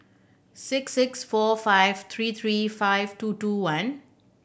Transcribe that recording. six six four five three three five two two one